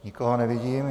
Nikoho nevidím.